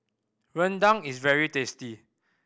rendang is very tasty